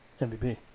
MVP